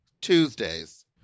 Tuesdays